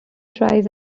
tries